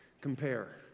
compare